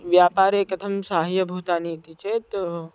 व्यापारे कथं सहाय्यभूतानि इति चेत्